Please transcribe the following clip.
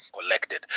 collected